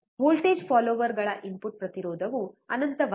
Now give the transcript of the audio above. voltage ಫಾಲ್ಲೋರ್ಗಳ input ಪ್ರತಿರೋಧವು ಅನಂತವಾಗಿದೆ